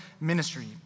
ministry